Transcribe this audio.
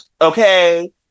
Okay